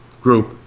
group